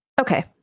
Okay